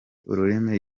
ururimi